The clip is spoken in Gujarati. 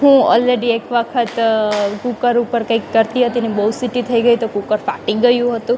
હું ઓલરેડી એક વખત કૂકર ઉપર કંઇક કરતી હતી ને બહુ સીટી થઈ ગઈ તો કૂકર ફાટી ગયું હતું